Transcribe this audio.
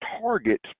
target